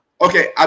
Okay